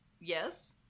yes